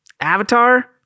Avatar